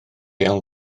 iawn